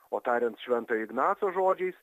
o tariant šventojo ignaco žodžiais